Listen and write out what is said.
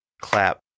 clap